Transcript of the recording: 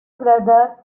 brother